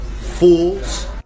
Fools